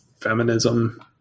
feminism